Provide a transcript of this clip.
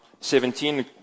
17